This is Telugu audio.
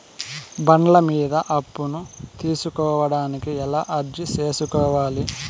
బండ్ల మీద అప్పును తీసుకోడానికి ఎలా అర్జీ సేసుకోవాలి?